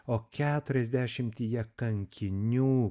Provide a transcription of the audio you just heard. o keturiasdešimtyje kankinių